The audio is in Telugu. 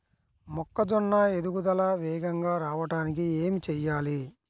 మొక్కజోన్న ఎదుగుదల వేగంగా రావడానికి ఏమి చెయ్యాలి?